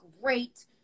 great